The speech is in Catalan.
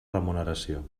remuneració